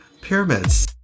pyramids